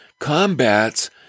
combats